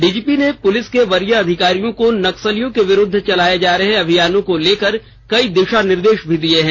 DGP ने police के वरीय अधिकारियों को नक्सलियों के विरुद्ध चलाए जा रहे अभियानों को लेकर कई दिशा निर्देश भी दिए हैं